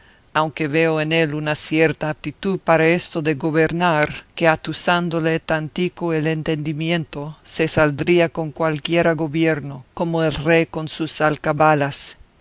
aunque veo en él una cierta aptitud para esto de gobernar que atusándole tantico el entendimiento se saldría con cualquiera gobierno como el rey con sus alcabalas